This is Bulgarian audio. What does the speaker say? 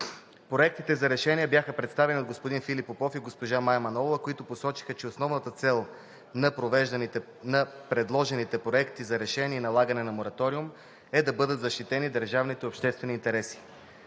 Проектите за решение бяха представени от господин Филип Попов и госпожа Мая Манолова, които посочиха, че основната цел на предложените проекти за решение за налагане на мораториум е да бъдат защитени държавните и обществените интереси.